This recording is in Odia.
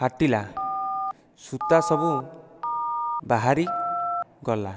ଫାଟିଲା ସୁତା ସବୁ ବାହାରି ଗଲା